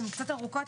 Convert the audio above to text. הן קצת ארוכות.